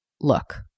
look